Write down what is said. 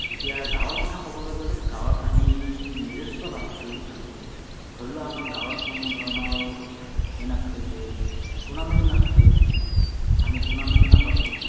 এতিয়া গাঁৱৰ কথা ক'বলৈ গ'লে গাঁৱত আমি নিজস্বভাৱে খেলটো খেলোঁ ধৰি লওঁক আমাৰ গাঁৱত কোনোধৰণৰ হেৰি নাথাকে যে টুৰ্ণামেণ্ট নাথাকে আমি টুৰ্ণামেণ্ট নাপাতোঁ